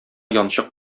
янчык